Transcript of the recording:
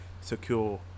secure